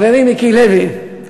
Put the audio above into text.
חברי מיקי לוי,